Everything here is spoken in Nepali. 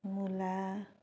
मुला